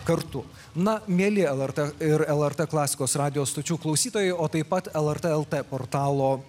kartu na mieli lrt ir lrt klasikos radijo stočių klausytojai o taip pat lrt el t portalo